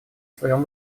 своем